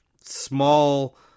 small